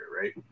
right